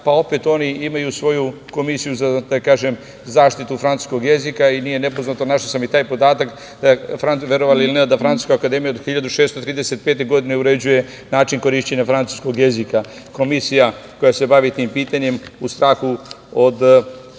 pa opet oni imaju svoju komisiju za zaštitu francuskog jezika i nije nepoznato, našao sam i taj podatak, verovali ili ne, da Francuska akademija od 1635. godine uređuje način korišćenja francuskog jezika. Komisija koja se bavi tim pitanjem u strahu od